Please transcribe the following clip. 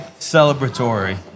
celebratory